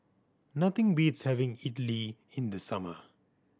nothing beats having Idili in the summer